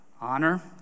honor